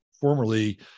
formerly